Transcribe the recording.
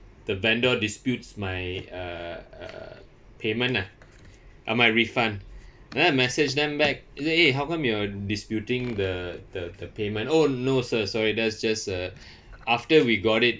the vendor disputes my uh uh payment nah ah my refund then I message them back I said eh how come you're disputing the the the payment oh no sir sorry that's just uh after we got it